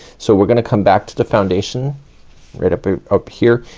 so we're gonna come back to the foundation right up up here,